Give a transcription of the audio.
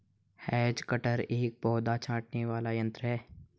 has cutter एक पौधा छाँटने वाला यन्त्र है